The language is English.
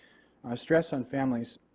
ah stress on families.